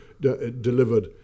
delivered